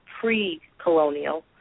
pre-colonial